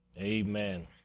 amen